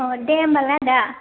दे होबालाय आदा